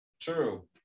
True